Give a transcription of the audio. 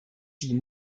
die